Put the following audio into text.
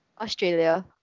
Australia